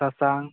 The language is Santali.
ᱥᱟᱥᱟᱝ